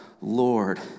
Lord